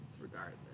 regardless